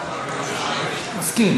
מסכים.